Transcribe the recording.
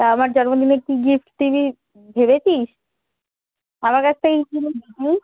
তা আমার জন্মদিনে কী গিফট দিবি ভেবেছিস আমার কাছ থেকে কী নিবি তুই